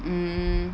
mm